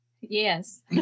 Yes